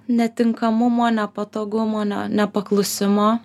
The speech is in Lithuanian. netinkamumo nepatogumo ne nepaklusimo